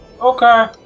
Okay